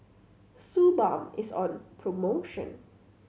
Suu Balm is on promotion